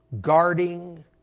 guarding